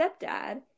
stepdad